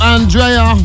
Andrea